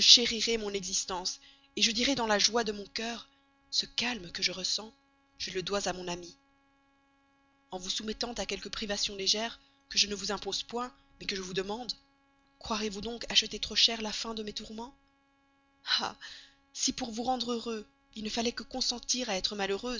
mon existence je dirai dans la joie de mon cœur ce calme que je ressens je le dois à mon ami en vous soumettant à quelques privations légères que je ne vous impose point mais que je vous demande croirez-vous donc acheter trop cher la fin de mes tourments ah si pour vous rendre heureux il ne fallait que consentir à être malheureuse